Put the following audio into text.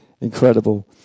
Incredible